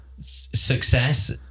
success